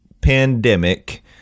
pandemic